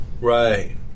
Right